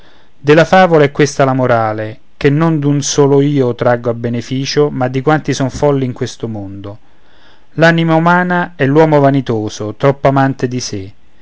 della favola è questa la morale che non d'un solo io traggo a beneficio ma di quanti son folli in questo mondo l'anima umana è l'uomo vanitoso troppo amante di sé